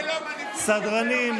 סדרנים,